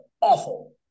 awful